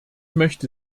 möchte